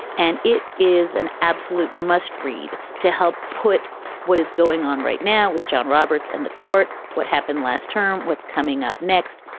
and it is an absolute must read. to help put what is going on right now with john roberts and the court. what happened last term? what's coming up next?